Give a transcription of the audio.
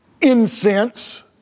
incense